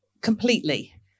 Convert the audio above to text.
completely